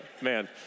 man